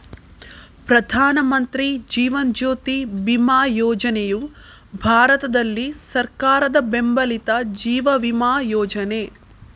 ಪ್ರಧಾನ ಮಂತ್ರಿ ಜೀವನ್ ಜ್ಯೋತಿ ಬಿಮಾ ಯೋಜನೆಯು ಭಾರತದಲ್ಲಿ ಸರ್ಕಾರದ ಬೆಂಬಲಿತ ಜೀವ ವಿಮಾ ಯೋಜನೆ